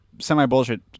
semi-bullshit